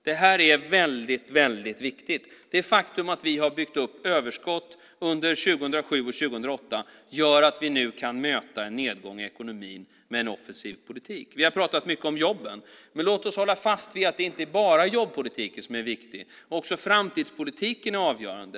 Det här är väldigt viktigt. Det faktum att vi har byggt upp överskott under 2007 och 2008 gör att vi nu kan möta en nedgång i ekonomin med en offensiv politik. Vi har pratat mycket om jobben, men låt oss hålla fast vid att det inte bara är jobbpolitiken som är viktig. Också framtidspolitiken är avgörande.